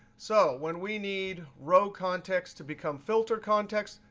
so when we need row context to become filter contexts,